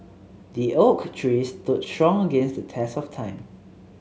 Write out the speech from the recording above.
the oak tree stood strong against the test of time